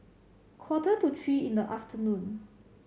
quarter to three in the afternoon